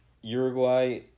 Uruguay